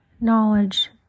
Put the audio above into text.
knowledge